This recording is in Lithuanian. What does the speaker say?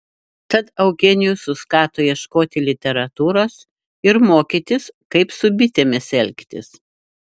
tad eugenijus suskato ieškoti literatūros ir mokytis kaip su bitėmis elgtis